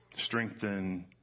strengthen